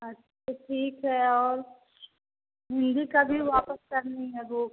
अच्छा ठीक है और हिन्दी का भी वापस करनी है बुक